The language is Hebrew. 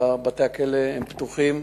בתי-הכלא פתוחים.